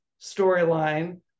storyline